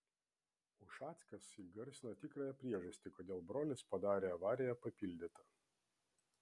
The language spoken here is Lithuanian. ušackas įgarsino tikrąją priežastį kodėl brolis padarė avariją papildyta